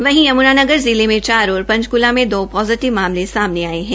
वहीं यम्ना जिले में चार और पंचकूला में दो पोजिटिव मामले सामने आये है